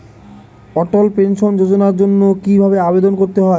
অটল pension যোজনার জন্য কি ভাবে আবেদন করতে হয়?